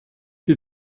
die